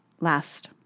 Last